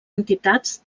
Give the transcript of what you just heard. entitats